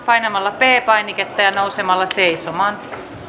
painamalla p painiketta ja nousemalla seisomaan